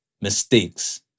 mistakes